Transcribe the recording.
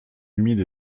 humide